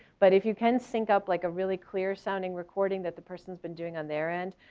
but if you can sync up like a really clear sounding recording that the person's been doing on their end.